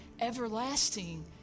everlasting